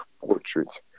portraits